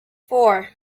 four